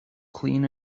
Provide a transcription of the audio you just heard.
clean